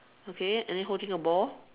okay and then holding a ball